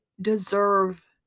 deserve